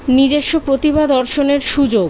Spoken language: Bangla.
নিজেস্ব প্রতিভা দর্শনের সুযোগ